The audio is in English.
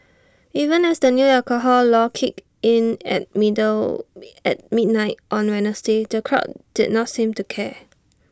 even as the new alcohol law kicked in at middle at midnight on Wednesday the crowd did not seem to care